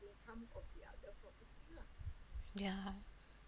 ya